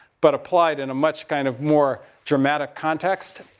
but applied in a much kind of more dramatic context.